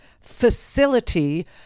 facility